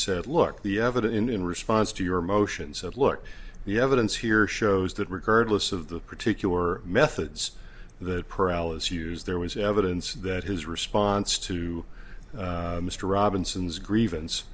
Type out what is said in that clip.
said look the evidence in response to your motion said look the evidence here shows that regardless of the particular methods the paralysis use there was evidence that his response to mr robinson's grievance